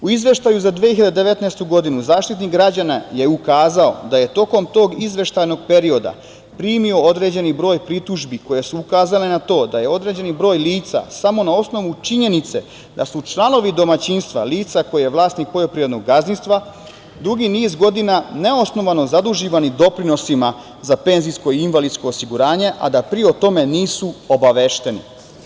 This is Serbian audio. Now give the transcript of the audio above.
U izveštaju za 2019. godinu, Zaštitnik građana je ukazao da je tokom tog izveštaja i tog perioda, primio određeni broj pritužbi koje su ukazale na to da je određeni broj lica samo na osnovu činjenice, da su članovi domaćinstva lica koje je vlasnik poljoprivrednog gazdinstva, dugi niz godina neosnovano zaduživan doprinosima za PIO, a da PIO o tome nisu obavešteni.